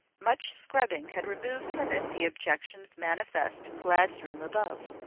much scrubbing had removed from it the objections manifest in glad's room above.